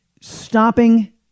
stopping